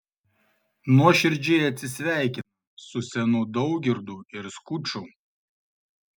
nuoširdžiai atsisveikina su senu daugirdu ir skuču